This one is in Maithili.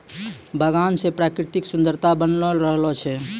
बगान से प्रकृतिक सुन्द्ररता बनलो रहै छै